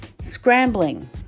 scrambling